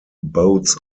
boats